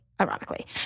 ironically